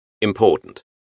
Important